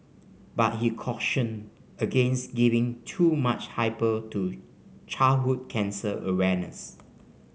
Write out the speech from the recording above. but he cautioned against giving too much hype to childhood cancer awareness